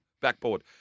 Backboard